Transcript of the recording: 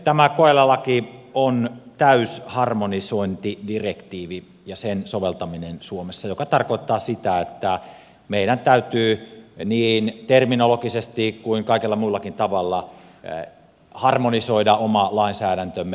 tämä koe eläinlaki on täysharmonisointidirektiivi ja sen soveltaminen suomessa mikä tarkoittaa sitä että meidän täytyy niin terminologisesti kuin kaikella muullakin tavalla harmonisoida oma lainsäädäntömme